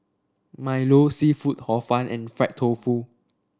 milo seafood Hor Fun and Fried Tofu